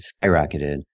skyrocketed